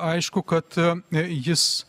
aišku kad jis